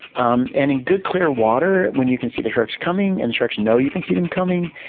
um and in good, clear water when you can see the sharks coming, and the sharks know you can see them coming,